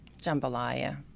Jambalaya